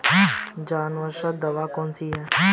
जवारनाशक दवा कौन सी है?